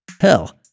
Hell